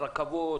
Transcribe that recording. רכבות,